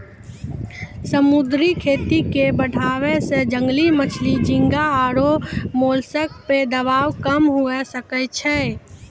समुद्री खेती के बढ़ाबै से जंगली मछली, झींगा आरु मोलस्क पे दबाब कम हुये सकै छै